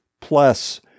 Plus